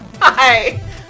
Hi